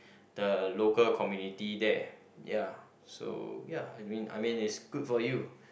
the local community there ya so ya I mean I mean is good for you